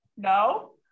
No